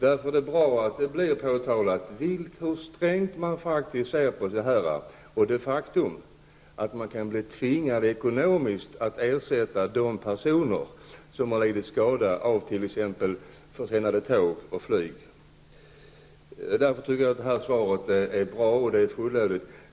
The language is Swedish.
Därför är det bra att det understryks hur strängt man ser på detta och att faktum är att vederbörande kan bli tvingade att ekonomiskt ersätta de personer som lidit skada genom att t.ex. tåg eller flyg försenas. Därför tycker jag att svaret är bra och fullödigt.